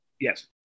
Yes